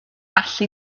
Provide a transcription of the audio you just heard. allu